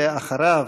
אחריו,